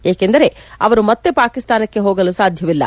ಏಕೆಂದರೆ ಅವರು ಮತ್ತೆ ಪಾಕಿಸ್ತಾನಕ್ಕೆ ಹೋಗಲು ಸಾಧ್ಯವಿಲ್ಲ